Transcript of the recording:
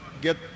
get